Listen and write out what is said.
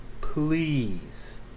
Please